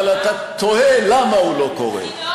אבל אתה תוהה למה הוא לא קורה.